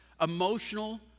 emotional